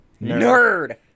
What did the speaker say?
Nerd